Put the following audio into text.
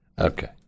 Okay